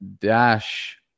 dash